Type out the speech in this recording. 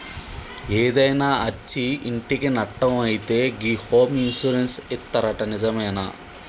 ఏదైనా అచ్చి ఇంటికి నట్టం అయితే గి హోమ్ ఇన్సూరెన్స్ ఇత్తరట నిజమేనా